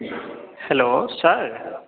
hello sir